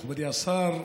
מכובדי השר,